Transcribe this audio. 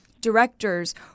directors